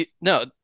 No